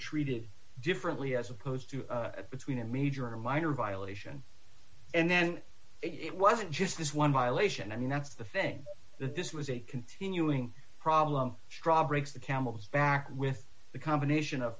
treated differently as opposed to between a major minor violation and then it wasn't just this one violation i mean that's the thing that this was a continuing problem breaks the camel's back with the combination of